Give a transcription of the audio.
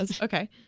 Okay